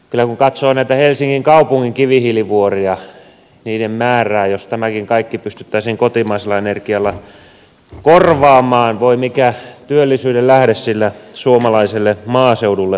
kun katsoo näitä helsingin kaupungin kivihiilivuoria niiden määrää jos tämäkin kaikki pystyttäisiin kotimaisella energialla korvaamaan voi mikä työllisyyden lähde se suomalaiselle maaseudulle olisi